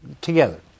together